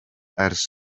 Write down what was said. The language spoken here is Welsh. ers